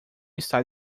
está